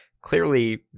clearly